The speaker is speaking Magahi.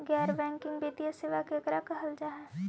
गैर बैंकिंग वित्तीय सेबा केकरा कहल जा है?